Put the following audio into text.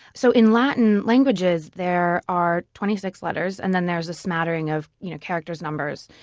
so in latin languages, there are twenty six letters, and then there is a smattering of you know characters, numbers.